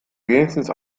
wenigstens